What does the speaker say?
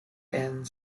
and